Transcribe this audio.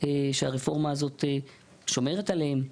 שהרפורמה הזאת שומרת עליהם?